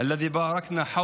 "בשם האל הרחמן והרחום,